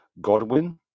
Godwin